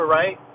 right